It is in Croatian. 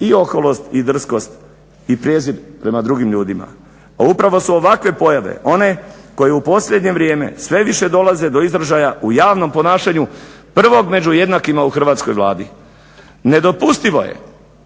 i oholost i drskost i prijezir prema drugim ljudima. A upravo su ovakve pojave one koje u posljednje vrijeme sve više dolaze do izražaja u javnom ponašanju prvog među jednakima u Hrvatskoj vladi. Nedopustivo je